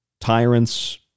Tyrants